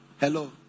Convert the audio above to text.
Hello